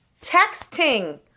texting